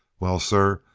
well, sir,